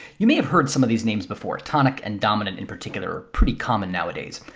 you may have heard some of these names before tonic and dominant, in particular, are pretty common nowadays.